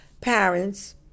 parents